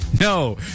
no